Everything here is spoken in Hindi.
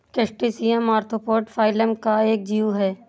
क्रस्टेशियन ऑर्थोपोडा फाइलम का एक जीव है